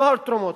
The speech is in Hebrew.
נוהל תרומות,